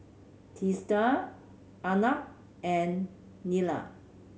Teesta Arnab and Neila